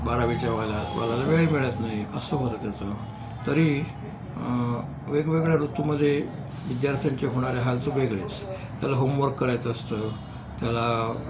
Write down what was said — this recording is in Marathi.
बारावीच्यावाला वाल्याला वेळ मिळत नाही असं होतं त्याचं तरी वेगवेगळ्या ऋतूमध्ये विद्यार्थ्यांचे होणाऱे हाल तर वेगळेच त्याला होमवर्क करायचं असतं त्याला